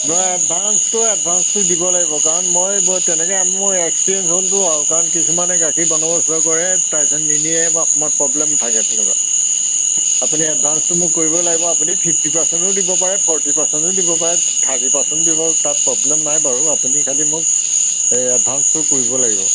নহয় এডভাঞ্চটো এডভাঞ্চটো দিব লাগিব কাৰণ মই ব তেনেকে মোৰ এক্সপিৰিয়েঞ্চ হ'লটো আৰু কাৰণ কিছুমানে গাখীৰ বন্দৱস্ত কৰে তাৰ পিছত নিনিয়ে প্ৰব্লেম থাকে তেনেকুৱা আপুনি এডভাঞ্চটো মোক কৰিবই লাগিব আপুনি ফিফটি পাৰ্চেণ্টো দিব পাৰে ফৰ্টি পাৰ্চেণ্টো দিব পাৰে থাৰ্টি পাৰ্চেণ্ট দিব তাত প্ৰব্লেম নাই বাৰু আপুনি খালী মোক এডভাঞ্চটো কৰিব লাগিব